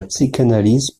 psychanalyse